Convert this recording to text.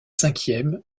cinquième